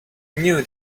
knew